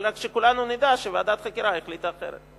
אבל צריך שכולנו נדע שוועדת החקירה החליטה אחרת.